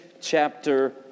chapter